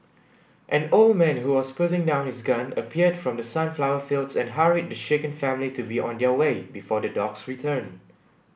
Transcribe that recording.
an old man who was putting down his gun appeared from the sunflower fields and hurried the shaken family to be on their way before the dogs return